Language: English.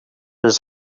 his